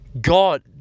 God